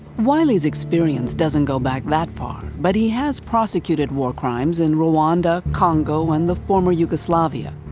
wiley's experience doesn't go back that far, but he has prosecuted war crimes in rwanda, congo, and the former yugoslavia.